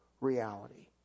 reality